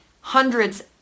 hundreds